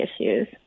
issues